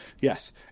Yes